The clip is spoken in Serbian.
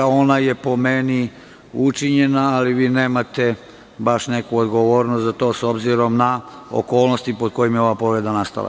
Ona je po meni učinjena, ali vi nemate baš neku odgovornost za to, s obzirom na okolnosti pod kojima je ova povreda nastala.